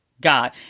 God